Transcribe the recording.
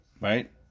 right